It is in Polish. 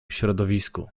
środowisku